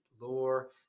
lore